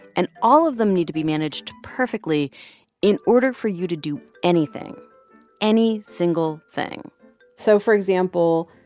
and all of them need to be managed perfectly in order for you to do anything any single thing so, for example,